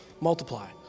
multiply